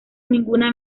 ninguna